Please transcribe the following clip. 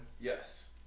yes